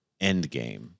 Endgame